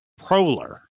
Proler